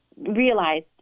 realized